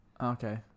Okay